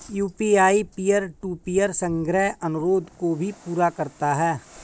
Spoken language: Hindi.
यू.पी.आई पीयर टू पीयर संग्रह अनुरोध को भी पूरा करता है